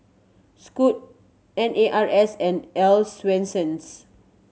Scoot N A R S and Earl's Swensens